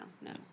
No